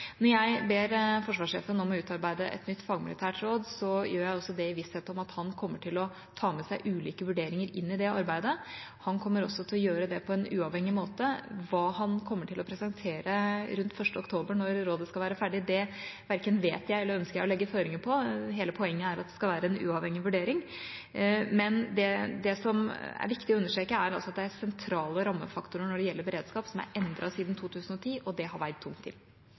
Når jeg ber forsvarssjefen om å utarbeide et nytt fagmilitært råd, gjør jeg det i visshet om at han kommer til å ta med seg ulike vurderinger inn i det arbeidet. Han kommer også til å gjøre det på en uavhengig måte. Hva han kommer til å presentere rundt 1. oktober når rådet skal være ferdig, verken vet jeg eller ønsker jeg å legge føringer på. Hele poenget er at det skal være en uavhengig vurdering. Men det som er viktig å understreke, er at det er sentrale rammefaktorer når det gjelder beredskap, som er endret siden 2010, og det har veid tungt